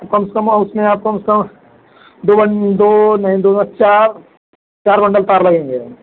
तो कम से कम उसमें आपको कम से कम दो दो नहीं दो दुनी चार चार बण्डल तार लगेंगे